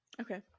Okay